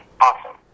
awesome